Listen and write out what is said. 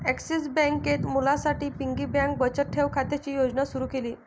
axis बँकेत मुलांसाठी piggy bank बचत ठेव खात्याची योजना सुरू केली